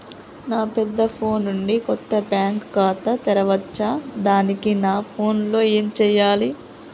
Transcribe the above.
నా పెద్ద ఫోన్ నుండి కొత్త బ్యాంక్ ఖాతా తెరవచ్చా? దానికి నా ఫోన్ లో ఏం చేయాలి?